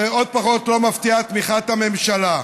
ועוד פחות לא מפתיעה תמיכת הממשלה.